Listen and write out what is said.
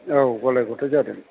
औ गलाय गथाइ जादों